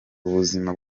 ubuzima